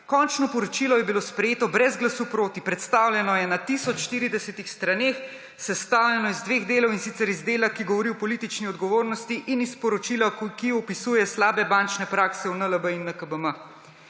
»Končno poročilo je bilo sprejeto brez glasu proti, predstavljeno je na tisoč 40 straneh, sestavljeno iz dveh delov, in sicer iz dela, ki govori o politični odgovornosti, in iz poročila, ki opisuje slabe bančne prakse v NLB in NKBM.